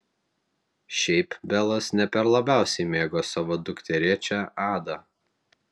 šiaip belas ne per labiausiai mėgo savo dukterėčią adą